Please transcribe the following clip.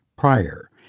Prior